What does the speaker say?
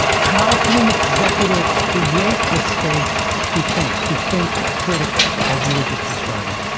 how can an executive create the space to think, to think critically? as you were just describing.